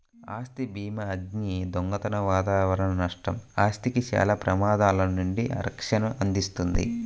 ఆస్తి భీమాఅగ్ని, దొంగతనం వాతావరణ నష్టం, ఆస్తికి చాలా ప్రమాదాల నుండి రక్షణను అందిస్తుంది